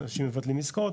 אנשים מבטלים עסקאות,